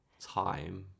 time